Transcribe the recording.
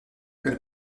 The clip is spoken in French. elle